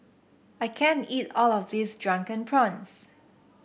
I can't eat all of this Drunken Prawns